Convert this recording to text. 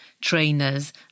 trainers